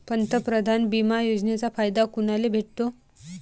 पंतप्रधान बिमा योजनेचा फायदा कुनाले भेटतो?